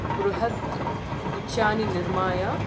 बृहत् गुच्छानि निर्मीय